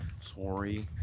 sorry